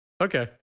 Okay